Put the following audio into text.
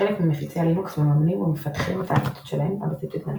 חלק ממפיצי הלינוקס מממנים ומפתחים את ההפצות שלהם על בסיס התנדבותי,